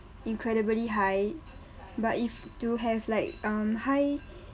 incredibly high but if do have like um high